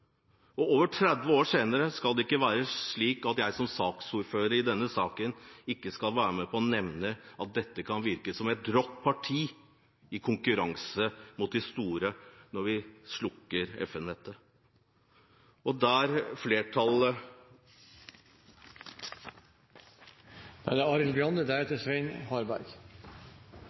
dette. Over 30 år senere skal det ikke være slik at jeg som ordfører for denne saken ikke skal være med på å nevne at dette kan virke som et rått parti for små lokalradioer i konkurransen mot de store, når vi slukker FM-nettet, og der flertallet Taletiden er ute. Da er det representanten Arild Grande.